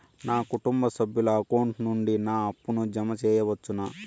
నా కుటుంబ సభ్యుల అకౌంట్ నుండి నా అప్పును జామ సెయవచ్చునా?